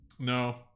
No